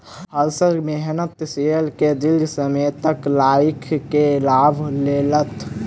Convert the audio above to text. Harshad Mehta share के दीर्घ समय तक राइख के लाभ लेलैथ